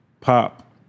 pop